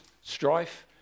strife